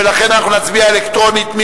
ולכן אנחנו נצביע אלקטרונית.